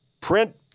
print